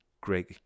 Great